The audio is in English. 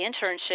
internship